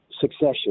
succession